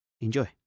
enjoy